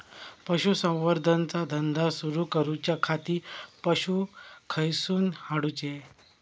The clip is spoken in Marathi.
पशुसंवर्धन चा धंदा सुरू करूच्या खाती पशू खईसून हाडूचे?